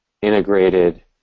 integrated